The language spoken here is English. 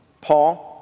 Paul